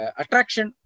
attraction